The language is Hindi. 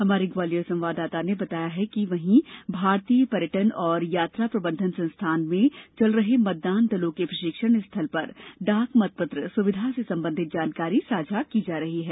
हमारे ग्वालियर संवाददाता ने जानकारी दी है कि वहीं भारतीय पर्यटन एवं यात्रा प्रबंधन संस्थान मे चल रहे मतदान दलों के प्रशिक्षण स्थल पर डाक मतपत्र सुविधा से संबंधित जानकारी साझा की जा रही है